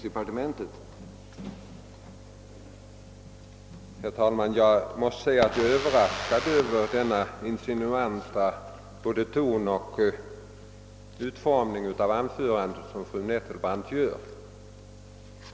Herr talman! Jag måste säga att jag är överraskad över både den insinuanta tonen i och utformningen av fru Nettelbrandts anförande.